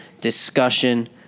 discussion